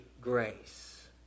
grace